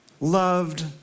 loved